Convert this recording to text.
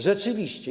Rzeczywiście.